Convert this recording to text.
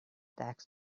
tax